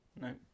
No